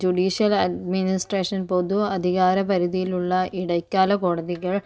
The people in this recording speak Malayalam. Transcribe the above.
ജുഡീഷ്യൻ അഡ്മിനിസ്ട്രേഷൻ പൊതു അധികാരപരിധിയിലുള്ള ഇടക്കാല കോടതികൾ